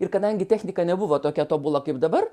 ir kadangi technika nebuvo tokia tobula kaip dabar